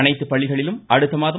அனைத்து பள்ளிகளிலும் அடுத்த மாதம்